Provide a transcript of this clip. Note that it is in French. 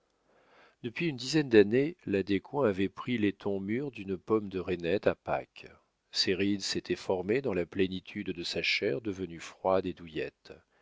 depuis une dizaine d'années la descoings avait pris les tons mûrs d'une pomme de reinette à pâques ses rides s'étaient formées dans la plénitude de sa chair devenue froide et douillette